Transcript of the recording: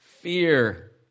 Fear